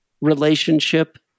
relationship